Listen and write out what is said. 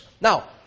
Now